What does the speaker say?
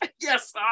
yes